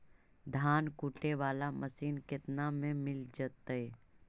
धान कुटे बाला मशीन केतना में मिल जइतै?